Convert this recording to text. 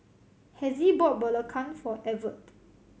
Hezzie bought belacan for Evette